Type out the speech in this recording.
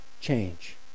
change